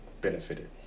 benefited